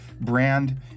brand